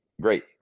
great